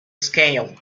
scale